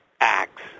acts